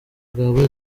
bwawe